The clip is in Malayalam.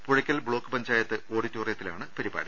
പുഴക്കൽ ബ്ലോക്ക് പഞ്ചായത്ത് ഓഡിറ്റോറിയത്തിലാണ് പരിപാടി